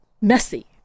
messy